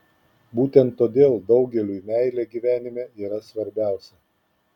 būtent todėl daugeliui meilė gyvenime yra svarbiausia